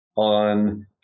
on